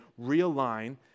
realign